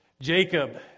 Jacob